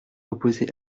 opposé